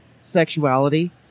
sexuality